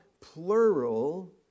plural